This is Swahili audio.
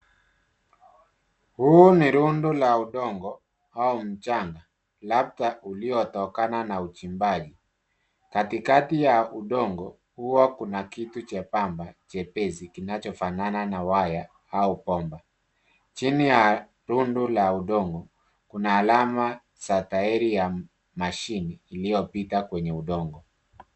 Huu ni rundo la udongo au mchanga, labda uliotokana na uchimbaji. Katikati ya udongo huwa kuna kitu chembamba, chepesi kinachofanana na waya au bomba. Chini ya rundo la udongo kuna alama za tairi ya machine iliyopita kwenye udongo.